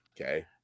Okay